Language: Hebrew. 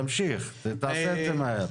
תמשיך ותעשה את זה מהר.